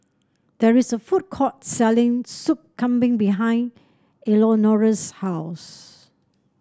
there is a food court selling Sup Kambing behind Eleonora's house